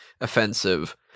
offensive